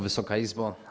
Wysoka Izbo!